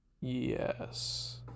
Yes